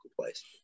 place